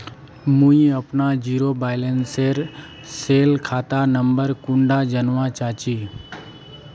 मुई अपना zero balance सेल खाता नंबर कुंडा जानवा चाहची?